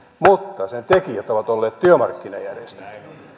mutta sen tekijät ovat olleet työmarkkinajärjestöt